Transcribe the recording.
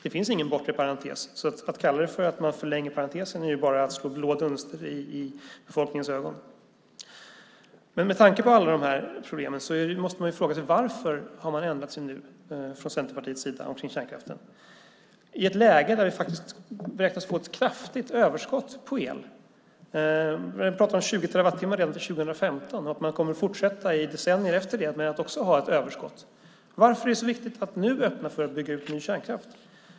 Det finns ingen bortre parentes, så att kalla det för att förlänga parenteser är bara att slå blå dunster i befolkningens ögon. Med tanke på alla de här problemen måste vi fråga oss varför Centerpartiet har ändrat sig när det gäller kärnkraften i ett läge där vi faktiskt beräknas få ett kraftigt överskott på el. Vi pratar om 20 terawattimmar redan till 2015, och man kommer att fortsätta att ha ett överskott i decennier efter det. Varför är det då så viktigt att nu öppna för att bygga ut ny kärnkraft?